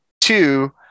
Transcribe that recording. Two